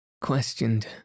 Questioned